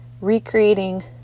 recreating